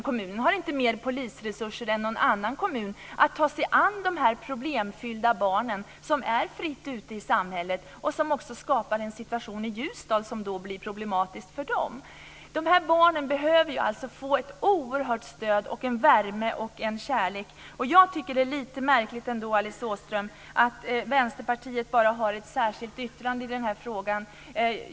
Kommunen har inte mer polisresurser än någon annan kommun för att ta sig an dessa problemfyllda barn, som vistas fritt ute i samhället och som även skapar en problematisk situation i Ljusdal. De här barnen behöver få ett oerhört stöd och värme och kärlek. Jag tycker att det är lite märkligt, Alice Åström, att Vänsterpartiet bara har avgivit ett särskilt yttrande i detta ärende.